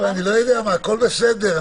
הכול בסדר,